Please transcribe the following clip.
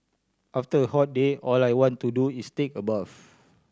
after a hot day all I want to do is take a bath